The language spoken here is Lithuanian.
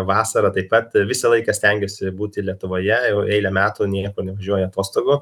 vasarą taip pat visą laiką stengiesi būti lietuvoje jau eilę metų niekur nevažiuoju atostogų